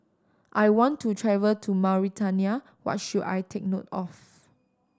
I want to travel to Mauritania what should I take note of